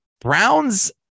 Browns